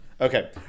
Okay